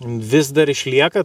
vis dar išlieka